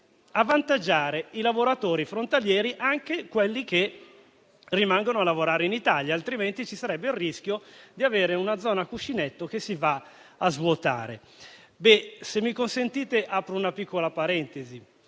avvantaggia i lavoratori frontalieri (anche quelli che rimangono a lavorare in Italia) altrimenti ci sarebbe il rischio di svuotamento di una zona cuscinetto. Se me lo consentite, apro una piccola parentesi.